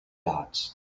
dots